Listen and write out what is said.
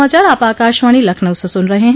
यह समाचार आप आकाशवाणी लखनऊ से सुन रहे हैं